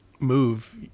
move